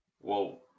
Whoa